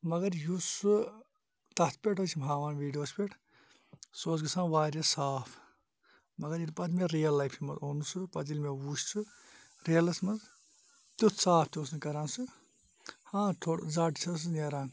مَگَر یُس سُہ تَتھ پٮ۪ٹھ ٲسۍ یِم ہاوان ویٖڈیو وَس پٮ۪ٹھ سُہ اوس گَژھان واریاہ صاف مَگَر ییٚلہِ پَتہٕ مےٚ رِیل لایفہِ مَنٛز اوٚن سُہ پَتہٕ ییٚلہِ مےٚ وُچھ سُہ رِیَلَس مَنٛز تیُتھ صاف تہٕ اوس نہٕ کَران سُہ ہاں تھوڑا زَر چھَس نیران